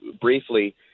Briefly